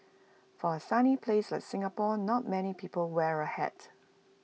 for A sunny place like Singapore not many people wear A hat